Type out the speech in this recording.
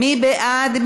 מי בעד?